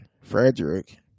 Frederick